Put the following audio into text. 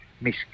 Miss